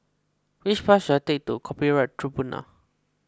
which bus should I take to Copyright Tribunal